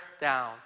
down